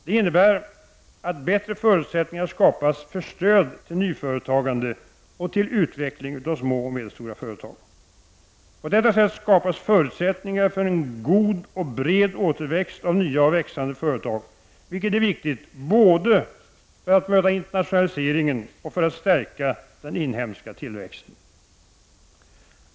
Det innebär att bättre förutsättningar skapas för stöd till nyföretagande och till utveckling av små och medelstora företag. På detta sätt skapas förutsättningar för en god och bred återväxt av nya och växande företag, vilket är viktigt både för att möta internationaliseringen och för att stärka den inhemska tillväxten.